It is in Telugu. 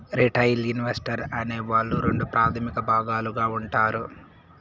రిటైల్ ఇన్వెస్టర్ అనే వాళ్ళు రెండు ప్రాథమిక భాగాలుగా ఉంటారు